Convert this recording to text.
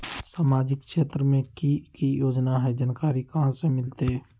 सामाजिक क्षेत्र मे कि की योजना है जानकारी कहाँ से मिलतै?